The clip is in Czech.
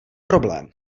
problém